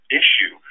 issue